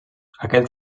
aquest